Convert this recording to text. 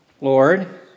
Lord